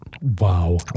Wow